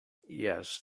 yes